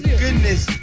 goodness